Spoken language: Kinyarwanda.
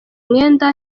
mwenda